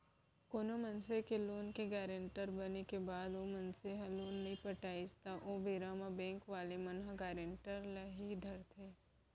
कोनो मनसे के लोन के गारेंटर बने के बाद ओ मनसे ह लोन नइ पटाइस त ओ बेरा म बेंक वाले मन ह गारेंटर ल ही धरथे